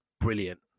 brilliant